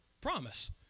promise